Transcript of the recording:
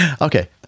Okay